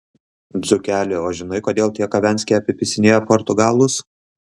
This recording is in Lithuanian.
dzūkeli o žinai kodėl tie kavenski apipisinėja portugalus